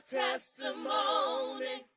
testimony